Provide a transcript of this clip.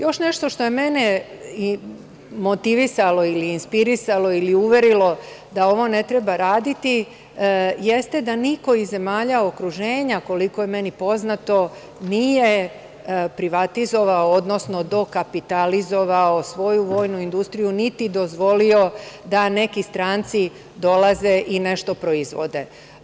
Još nešto što je mene motivisalo ili inspirisalo ili uverilo, da ovo ne treba raditi, jeste da niko iz zemalja okruženja, koliko je meni poznato, nije privatizovao, odnosno dokapitalizovao svoju vojnu industriju, niti dozvolio da neki stranci dolaze i nešto proizvode.